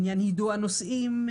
בעניין יידוע נושאים,